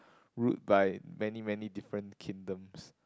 ruled by many many different kingdoms